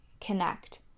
connect